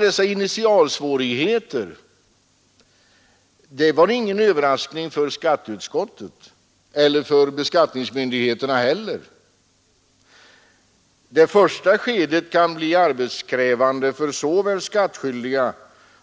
Dessa initialsvårigheter var ingen överraskning för skatteutskottet och inte heller för beskattningsmyndigheterna. Det första skedet kan bli arbetskrävande för såväl skattskyldiga